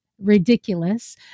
ridiculous